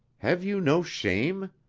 have you no shame?